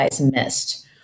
missed